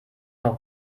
noch